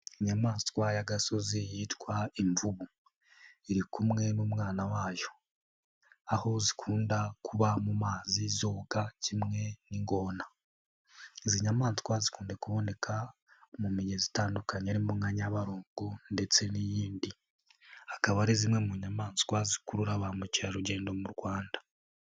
Inyamaswa y'agasozi yitwa imvubu, iri kumwe n'umwana wayo. Aho zikunda kuba mu mazi zoga kimwe n'ingona. Izi nyamaswa zikunda kuboneka mu migezi itandukanye harimo nka nyabarongo ndetse n'iyindi. Akaba ari zimwe mu nyamaswa zikurura ba mukerarugendo mu Rwanda.